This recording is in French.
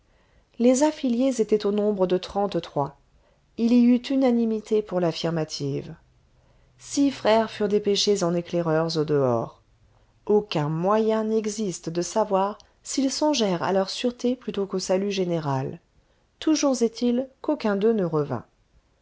les affiliés étaient au nombre de trente-trois il y eut unanimité pour l'affirmative six frères furent dépêchés en éclaireurs au dehors aucun moyen n'existe de savoir s'ils songèrent à leur sûreté plutôt qu'au salut général toujours est-il qu'aucun d'eux ne revint